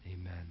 Amen